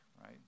right